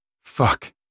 Fuck